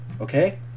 okay